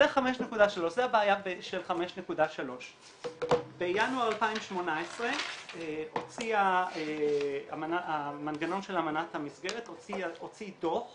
זה הבעיה של 5.3. בינואר 2018 הוציא מנגנון אמנת המסגרת דו"ח